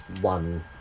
one